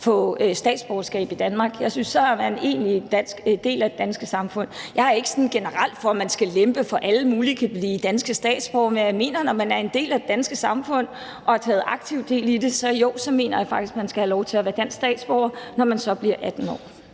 få statsborgerskab i Danmark. Jeg synes, at så er man egentlig en del af det danske samfund. Jeg er ikke sådan generelt for, at man skal lempe, så alle mulige kan blive danske statsborgere, men jeg mener faktisk, at når man er en del af det danske samfund og har taget aktivt del i det, skal man have lov til at blive dansk statsborger, når man bliver 18 år.